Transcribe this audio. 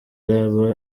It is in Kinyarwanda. araba